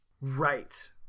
Right